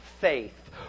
faith